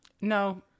No